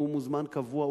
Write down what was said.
הוא מוזמן קבוע,